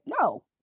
no